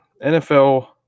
NFL